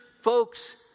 folks